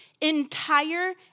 Entire